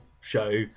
show